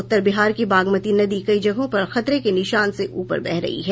उत्तर बिहार की बागमती नदी कई जगहों पर खतरे के निशान के ऊपर बह रही है